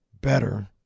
better